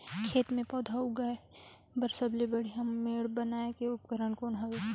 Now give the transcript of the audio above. खेत मे पौधा उगाया बर सबले बढ़िया मेड़ बनाय के उपकरण कौन हवे?